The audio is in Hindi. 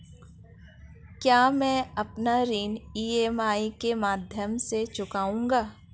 क्या मैं अपना ऋण ई.एम.आई के माध्यम से चुकाऊंगा?